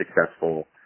successful